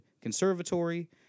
conservatory